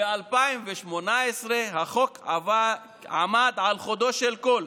ב-2018 החוק עמד על חודו של קול.